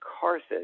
Carthage